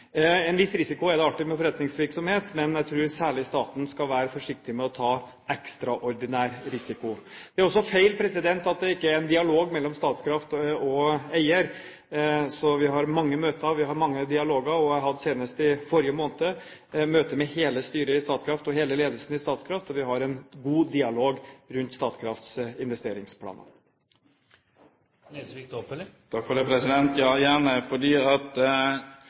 En viss risiko er det alltid med forretningsvirksomhet, men jeg tror særlig staten skal være forsiktig med å ta ekstraordinær risiko. Det er også feil at det ikke er en dialog mellom Statkraft og eier. Vi har mange møter, mange dialoger. Jeg hadde senest i forrige måned møte med hele styret og hele ledelsen i Statkraft. Vi har en god dialog rundt Statkrafts investeringsplaner. Jeg har ikke gitt uttrykk for at jeg er uenig med statsråden i at